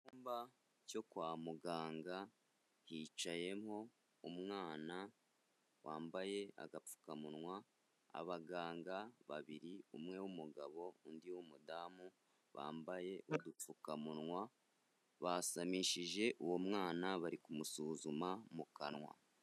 Icyumba cyo kwa muganga hicayemo umwana wambaye agapfukamunwa, abaganga babiri umwe w'umugabo undi mudamu. Bambaye udupfukamunwa, basamishije uwo mwana bari kumusuzuma mu kanwa.